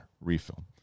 refill